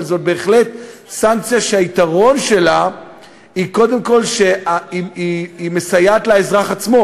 אבל זאת בהחלט סנקציה שהיתרון שלה הוא קודם כול שהיא מסייעת לאזרח עצמו,